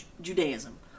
Judaism